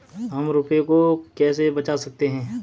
हम रुपये को कैसे बचा सकते हैं?